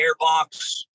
airbox